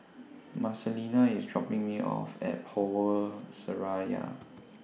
Marcelina IS dropping Me off At Power Seraya